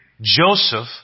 Joseph